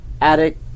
attic